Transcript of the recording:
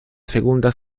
segunda